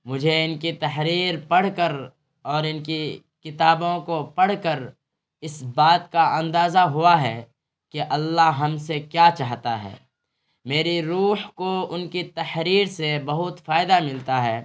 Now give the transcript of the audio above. مجھے ان کی تحریر پڑھ کر اور ان کی کتابوں کو پڑھ کر اس بات کا اندازہ ہوا ہے کہ اللہ ہم سے کیا چاہتا ہے میری روح کو ان کی تحریر سے بہت فائدہ ملتا ہے